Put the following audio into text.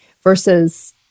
versus